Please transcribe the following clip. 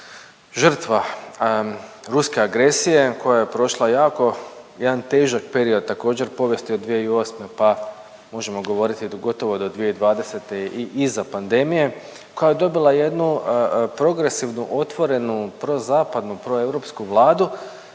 žrtva ruske agresije, koja je prošla jako jedan težak period također povijesti od 2008. pa možemo govoriti gotovo do 2020. i iza pandemije, koja je dobila jednu progresivnu, otvorenu, prozapadnu, proeuropsku vladu.